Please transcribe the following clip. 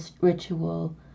ritual